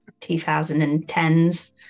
2010s